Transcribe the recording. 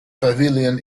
pavilion